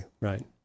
right